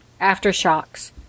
aftershocks